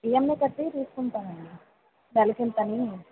EMI కట్టి తీసుకుంటానండి నెలకు ఇంతని